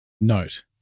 Note